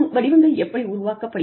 வடிவங்கள் எப்படி உருவாக்கப்படுகிறது